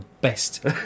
best